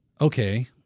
okay